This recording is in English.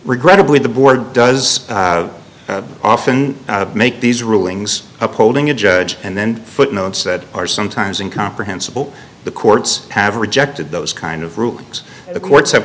regrettably the board does often make these rulings upholding a judge and then footnotes that are sometimes incomprehensible the courts have rejected those kind of rulings the courts have